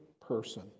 person